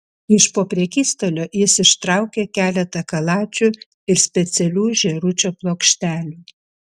iš po prekystalio jis ištraukė keletą kaladžių ir specialių žėručio plokštelių